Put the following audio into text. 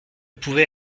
pouvait